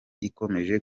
ikomeje